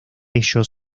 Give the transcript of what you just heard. ellos